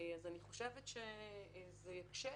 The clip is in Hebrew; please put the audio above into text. ולכן אני חושבת שזה יקשה